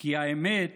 כי האמת